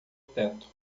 teto